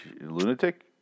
Lunatic